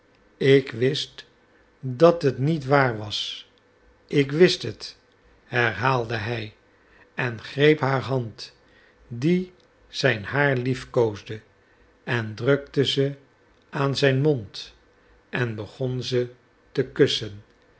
ik wist dat het niet waar was ik wist het herhaalde hij en greep haar hand die zijn haar liefkoosde en drukte ze aan zijn mond en begon ze te kussen